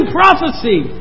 prophecy